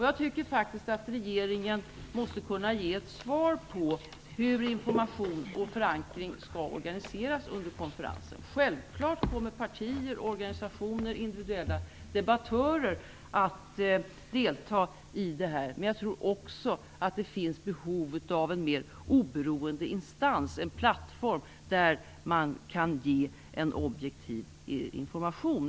Jag tycker faktiskt att regeringen måste kunna ge ett svar på hur information och förankring skall organiseras under konferensen. Självfallet kommer partier, organisationer och individuella debattörer att delta. Men jag tror också att det finns behov av en mer oberoende instans, en plattform, där man kan ge en objektiv information.